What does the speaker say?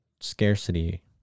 scarcity